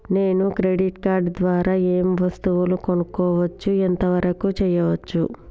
నేను credit card ద్వారా ఏం వస్తువులు కొనుక్కోవచ్చు ఎంత వరకు చేయవచ్చు?